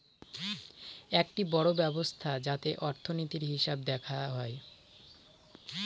একটি বড়ো ব্যবস্থা যাতে অর্থনীতির, হিসেব দেখা হয়